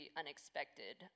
unexpected